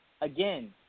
again